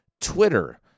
Twitter